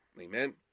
Amen